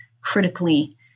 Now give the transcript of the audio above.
critically